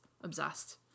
obsessed